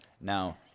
Now